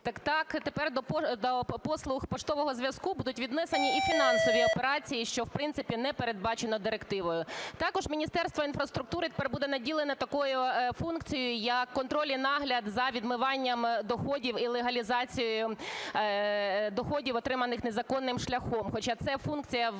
Так так, тепер до послуг поштового зв’язку будуть віднесені і фінансові операції, що, в принципі, не передбачено директивою. Також Міністерство інфраструктури тепер буде наділено такою функцією, як контроль і нагляд за відмиванням доходів і легалізацією доходів, отриманих незаконним шляхом,